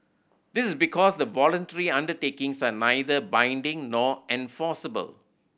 this is because the voluntary undertakings are neither binding nor enforceable